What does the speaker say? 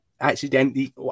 Accidentally